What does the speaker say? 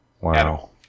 Wow